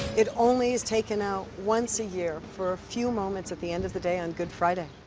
it only is taken out once a year, for a few moments at the end of the day on good friday.